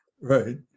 Right